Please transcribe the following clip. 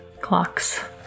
Clocks